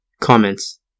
Comments